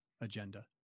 agenda